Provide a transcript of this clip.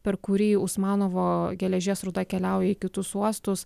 per kurį usmanovo geležies rūda keliauja į kitus uostus